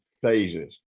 phases